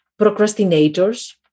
procrastinators